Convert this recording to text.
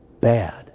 bad